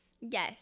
Yes